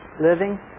living